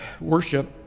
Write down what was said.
Worship